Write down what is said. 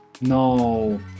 no